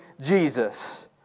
Jesus